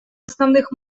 основных